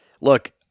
look